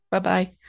Bye-bye